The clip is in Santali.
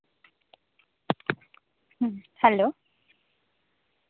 ᱦᱩᱸ ᱦᱮᱞᱳ